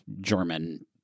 German